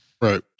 Right